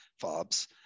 FOBs